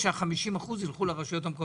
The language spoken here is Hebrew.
לרשויות המקומיות,